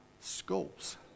schools